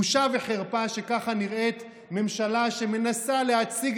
בושה וחרפה שככה נראית ממשלה שמנסה להציג